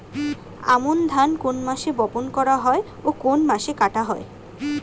আমন ধান কোন মাসে বপন করা হয় ও কোন মাসে কাটা হয়?